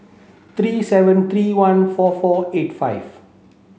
three seven three one four four eight five